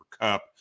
Cup